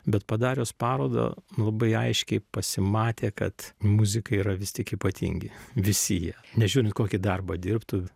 bet padarius parodą labai aiškiai pasimatė kad muzikai yra vis tik ypatingi visi jie nežiūrint kokį darbą dirbtų